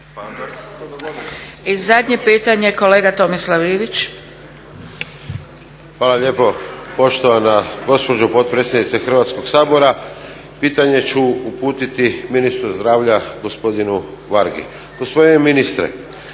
I zadnje pitanje kolega Tomislav Ivić. **Ivić, Tomislav (HDZ)** Hvala lijepo poštovana gospođo potpredsjednice Hrvatskog sabora. Pitanje ću uputiti ministru zdravlja gospodinu Vargi. Gospodine ministre,